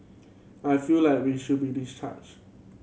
I feel like we should be discharged